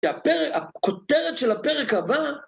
הפר... הכותרת של הפרק הבא...